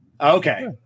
Okay